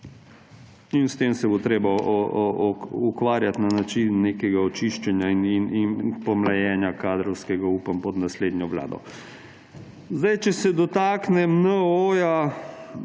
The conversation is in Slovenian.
In s tem se bo treba ukvarjati na način nekega očiščenja in pomlajenja kadrovskega, upam, pod naslednjo vlado. Če se dotaknem NOO